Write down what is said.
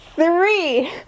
Three